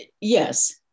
Yes